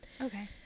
Okay